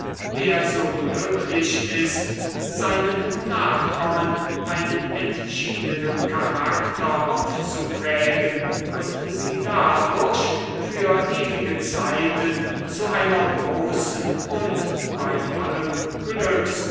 der so glücklich ist seinen nachkommen einen entschiedenen charakter aufzuprägen und sie dadurch für ewige zeiten zu einer großen und bei allem glücks